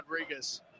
Rodriguez